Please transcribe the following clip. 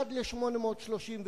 1 ל-839,